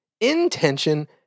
intention